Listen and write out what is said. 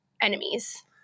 enemies